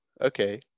okay